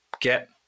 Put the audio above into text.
get